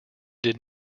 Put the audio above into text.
did